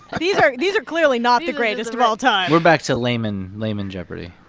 these are these are clearly not the greatest of all time we're back to layman layman jeopardy.